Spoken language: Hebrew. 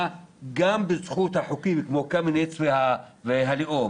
גם בזכות חוקים כמו חוק קמיניץ וחוק הלאום